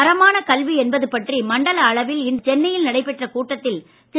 தரமான கல்வி என்பது பற்றி மண்டல அளவில் இன்று நடைபெற்ற கூட்டத்தில் திரு